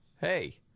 hey